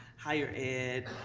higher ed,